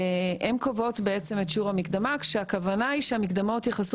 והן קובעות בעצם את שיעור המקדמה כשהכוונה היא שהמקדמות יכסו